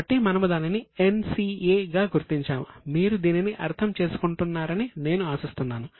కాబట్టి మనము దానిని NCA గా గుర్తించాము మీరు దీనిని అర్థం చేసుకుంటున్నారని నేను ఆశిస్తున్నాను